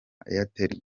airtel